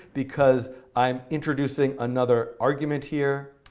because i'm introducing another argument here.